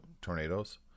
tornadoes